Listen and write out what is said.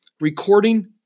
recording